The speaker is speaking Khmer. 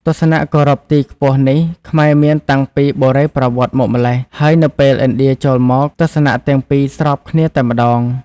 ទស្សនៈគោរពទីខ្ពស់នេះខ្មែរមានតាំងពីបុរេប្រវត្តិមកម្ល៉េះ ហើយនៅពេលឥណ្ឌាចូលមក ទស្សនៈទាំងពីរស្របគ្នាតែម្តង។